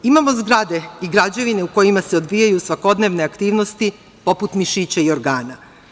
Imamo zgrade i građevine u kojima se odvijaju svakodnevne aktivnosti poput mišića i organa.